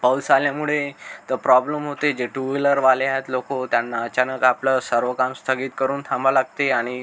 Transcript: पाऊस आल्यामुळे तर प्रॉब्लम होते जे टू व्हीलरवाले आहेत लोकं त्यांना अचानक आपलं सर्व काम स्थगित करून थांबा लागते आणि